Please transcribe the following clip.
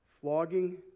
flogging